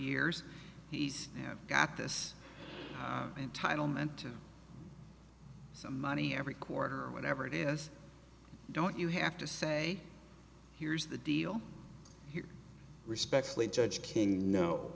years he's got this entitlement to so money every quarter or whatever it is don't you have to say here's the deal here respectfully judge king no